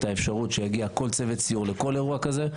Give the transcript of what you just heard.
האפשרות שיגיע כל צוות סיור לכל אירוע כזה.